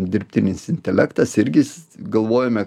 dirbtinis intelektas irgi galvojome